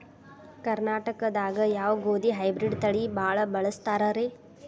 ಕರ್ನಾಟಕದಾಗ ಯಾವ ಗೋಧಿ ಹೈಬ್ರಿಡ್ ತಳಿ ಭಾಳ ಬಳಸ್ತಾರ ರೇ?